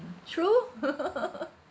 true